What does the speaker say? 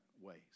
ways